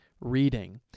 reading